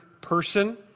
person